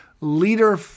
leader